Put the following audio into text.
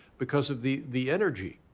because of the the energy.